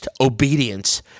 obedience